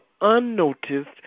unnoticed